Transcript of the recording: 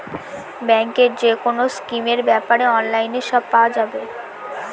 ব্যাঙ্কের যেকোনো স্কিমের ব্যাপারে অনলাইনে সব পাওয়া যাবে